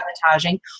sabotaging